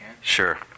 Sure